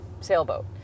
sailboat